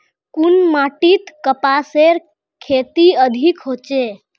कुन माटित कपासेर खेती अधिक होचे?